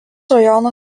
rajono